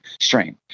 strain